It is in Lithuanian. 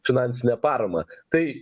finansinę paramą tai